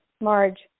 Marge